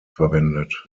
verwendet